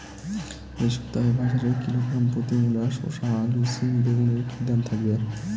এই সপ্তাহে বাজারে কিলোগ্রাম প্রতি মূলা শসা আলু সিম বেগুনের কী দাম থাকবে?